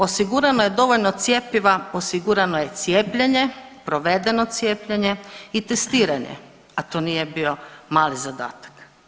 Osigurano je dovoljno cjepiva, osigurano je cijepljenje, provedeno cijepljenje i testiranje, a to nije bio mali zadatak.